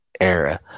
Era